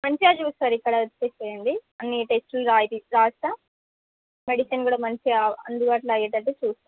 మంచిగా చూస్తారు ఇక్కడ వచ్చేసేయండి అన్ని టెస్ట్లు రాయి రాస్తా మెడిసన్ కూడా మంచిగా అందుబాటులో అయ్యేటట్టు చూస్తా